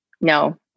No